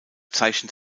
zeichnet